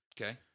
Okay